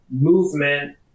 movement